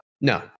no